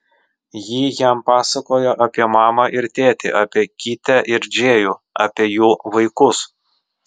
ji jam pasakoja apie mamą ir tėtį apie kitę ir džėjų apie jų vaikus